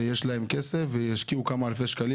יש להם כסף והם ישקיעו כמה אלפי שקלים